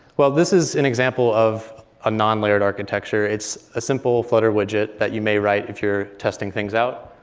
well, this is an example of a non-layered architecture. it's a simple flutter widget that you may write if you're testing things out.